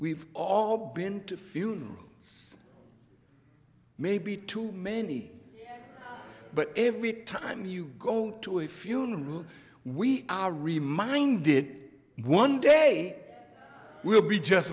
we've all been to funerals maybe too many but every time you go to a funeral we are reminded one day will be just